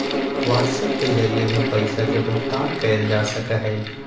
WhatsApp के जरिए भी पैसा के भुगतान कइल जा सका हई